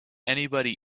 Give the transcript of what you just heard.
anybody